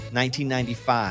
1995